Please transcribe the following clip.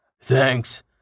Thanks